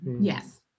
Yes